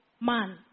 man